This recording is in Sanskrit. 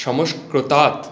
संस्कृतात्